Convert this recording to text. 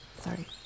Sorry